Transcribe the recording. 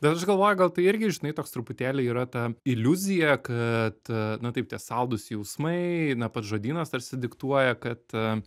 bet aš galvoju gal tai irgi žinai toks truputėlį yra ta iliuzija kad na taip tie saldūs jausmai na pats žodynas tarsi diktuoja kad